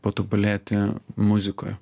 patobulėti muzikoje